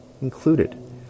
included